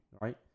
Right